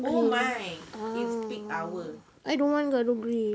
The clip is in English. oh my it's peak hour